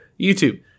YouTube